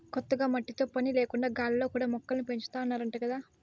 కొత్తగా మట్టితో పని లేకుండా గాలిలో కూడా మొక్కల్ని పెంచాతన్నారంట గదా